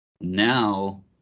Now